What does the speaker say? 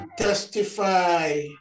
Testify